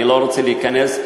אני לא רוצה להיכנס,